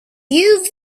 you